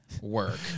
work